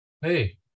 Hey